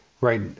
right